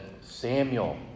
Samuel